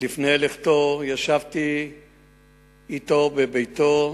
מספר לפני לכתו ישבתי אתו בביתו,